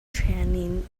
training